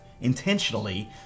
intentionally